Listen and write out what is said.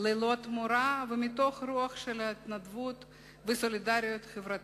ללא תמורה ומתוך רוח התנדבות וסולידריות חברתית.